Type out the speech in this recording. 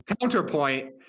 counterpoint